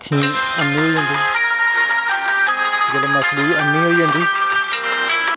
अन्नी होई जंदी जेल्लै मच्छली अ'न्नी होई जंदी